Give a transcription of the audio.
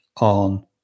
on